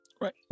Right